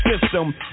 system